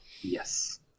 Yes